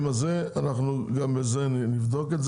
אנחנו נבדוק גם את זה.